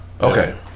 Okay